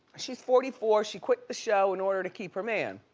she's forty four. she quit the show in order to keep her man.